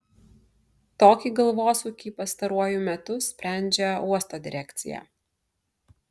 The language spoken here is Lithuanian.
tokį galvosūkį pastaruoju metu sprendžia uosto direkcija